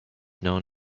known